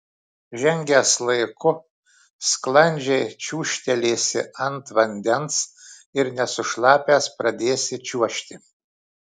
žengęs laiku sklandžiai čiūžtelėsi ant vandens ir nesušlapęs pradėsi čiuožti